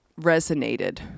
resonated